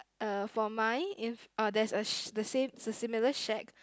uh for mine if uh there's a sh~ the same similar shack